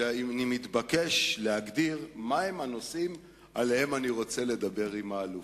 שאני מתבקש להגדיר מהם הנושאים שעליהם אני רוצה לדבר עם האלוף.